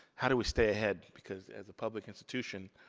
how do we stay ahead? because as a public institution,